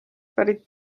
pärit